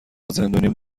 زندونیم